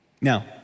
Now